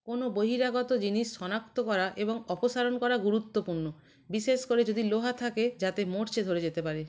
কোনো বহিরাগত জিনিস শনাক্ত করা এবং অপসারণ করা গুরুত্বপূর্ণ বিশেষ করে যদি লোহা থাকে যাতে মরচে ধরে যেতে পারে